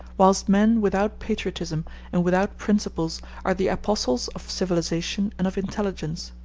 whilst men without patriotism and without principles are the apostles of civilization and of intelligence.